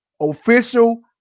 official